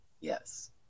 Yes